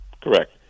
Correct